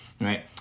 right